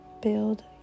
Build